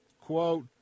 quote